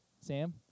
Sam